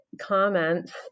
comments